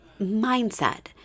mindset